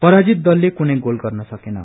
पराजित दलले कुनै गोल गन्न सकेन